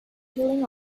peeling